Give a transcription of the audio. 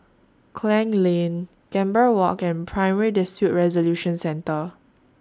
Klang Lane Gambir Walk and Primary Dispute Resolution Centre